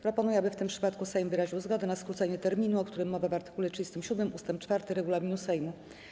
Proponuję, aby w tym przypadku Sejm wyraził zgodę na skrócenie terminu, o którym mowa w art. 37 ust. 4 regulaminu Sejmu.